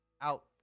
out